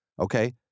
okay